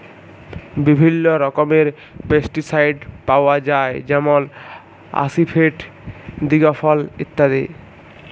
বিভিল্ল্য রকমের পেস্টিসাইড পাউয়া যায় যেমল আসিফেট, দিগফল ইত্যাদি